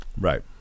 Right